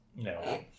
No